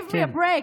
Give me a break.